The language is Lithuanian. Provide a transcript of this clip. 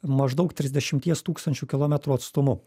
maždaug trisdešimties tūkstančių kilometrų atstumu